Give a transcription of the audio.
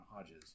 Hodges